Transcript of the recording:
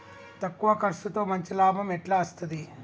తక్కువ కర్సుతో మంచి లాభం ఎట్ల అస్తది?